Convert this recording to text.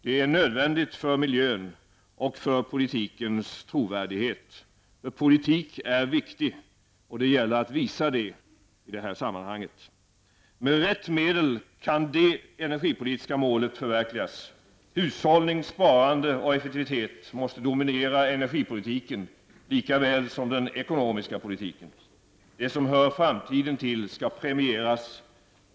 Det är nödvändigt för miljön och för politikens trovärdighet. Politik är viktigt och det gäller att i det här sammanhanget visa det. Med rätt medel kan det energipolitiska målet förverkligas. Hushållning, sparande och effektivitet måste dominera energipolitiken lika väl som den ekonomiska politiken. Det som hör framtiden till skall premieras.